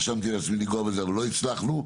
רשמתי לעצמי לנגוע בזה אבל לא הספקנו.